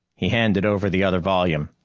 he handed over the other volume.